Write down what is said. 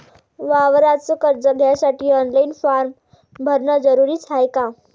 वावराच कर्ज घ्यासाठी ऑनलाईन फारम भरन जरुरीच हाय का?